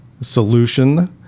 solution